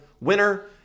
winner